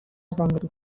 زندگی